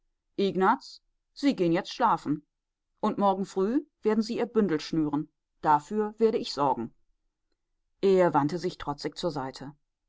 sie gehen jetzt schlafen und morgen früh werden sie ihr bündel schnüren dafür werde ich sorgen er wandte sich trotzig zur seite